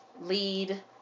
lead